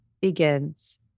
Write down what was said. begins